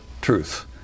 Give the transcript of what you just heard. truth